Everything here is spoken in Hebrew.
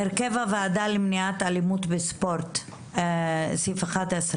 סעיף 11 הרכב הוועדה למניעת אלימות בספורט: אחרי